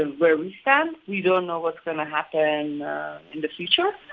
and where we stand. we don't know what's going to happen in the future,